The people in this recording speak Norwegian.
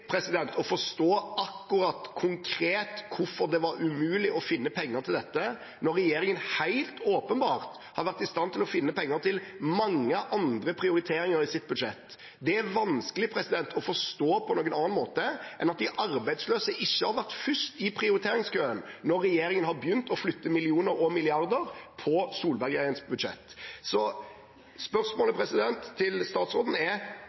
å forstå akkurat konkret hvorfor det var umulig å finne penger til dette, når regjeringen helt åpenbart har vært i stand til å finne penger til mange andre prioriteringer i sitt budsjett. Det er vanskelig å forstå på noen annen måte enn at de arbeidsløse ikke har vært først i prioriteringskøen når regjeringen har begynt å flytte millioner og milliarder på Solberg-regjeringens budsjett. Spørsmålet til statsråden er: